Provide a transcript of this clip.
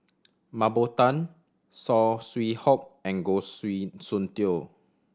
Mah Bow Tan Saw Swee Hock and Goh Soon Tioe